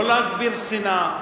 לא להגביר שנאה,